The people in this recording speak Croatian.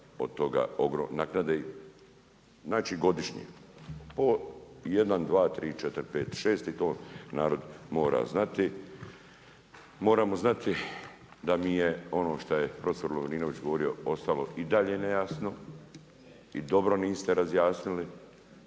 od toga ogromne naknade, znači godišnje, o 1, 2, 3, 4, 5, 6 i to narod mora znati. Moramo znati da mi je ono što je profesor Lovrinović govorio ostalo i dalje nejasno i dobro niste razjasnili